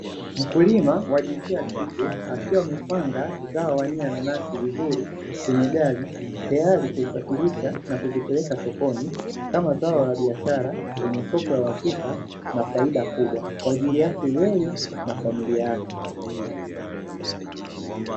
Mkulima wa jinsia ya kike akiwa amepanga zao aina nanasi vizuri kwenye gari, tayari kusafirisha na kuzipeleka sokoni, kama zao la biashara lenye soko la uhakika na faida kubwa kwa ajili yake yeye na familia yake.